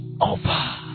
over